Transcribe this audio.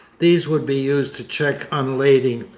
these would be used to check unlading.